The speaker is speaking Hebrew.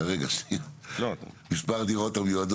מספר דירות,